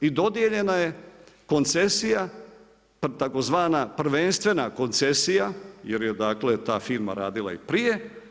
I dodijeljena je koncesija, tzv. prvenstvena koncesija jer je dakle ta firma radila i prije.